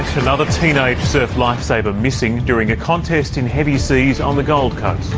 another teenage surf lifesaver missing during a contest in heavy seas on the gold coast.